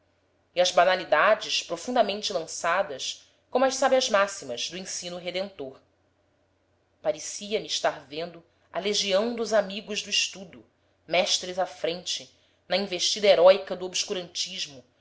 e as banalidades profundamente lançadas como as sábias máximas do ensino redentor parecia-me estar vendo a legião dos amigos do estudo mestres à frente na investida heróica do obscurantismo